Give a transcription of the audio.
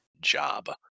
job